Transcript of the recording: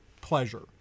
pleasure